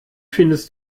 findest